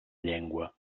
llengua